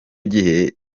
gihe